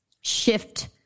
shift